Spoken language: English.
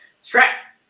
stress